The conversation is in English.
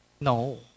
No